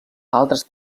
altres